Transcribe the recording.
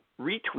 retweet